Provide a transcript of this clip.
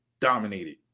dominated